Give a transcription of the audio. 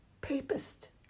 papist